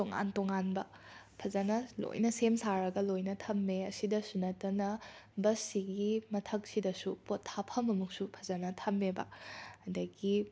ꯇꯣꯉꯥꯟ ꯇꯣꯉꯥꯟꯕ ꯐꯖꯅ ꯂꯣꯏꯅ ꯁꯦꯝ ꯁꯥꯔꯒ ꯂꯣꯏꯅ ꯊꯝꯃꯦ ꯑꯁꯤꯗꯁꯨ ꯅꯠꯇꯅ ꯕꯁꯁꯤꯒꯤ ꯃꯊꯛꯁꯤꯗꯁꯨ ꯄꯣꯠ ꯍꯥꯞꯐꯝ ꯑꯃꯁꯨ ꯐꯖꯅ ꯊꯝꯃꯦꯕ ꯑꯗꯒꯤ